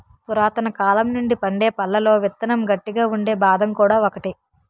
పురాతనకాలం నుండి పండే పళ్లలో విత్తనం గట్టిగా ఉండే బాదం కూడా ఒకటి